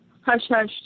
hush-hush